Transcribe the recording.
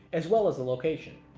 as well as the location.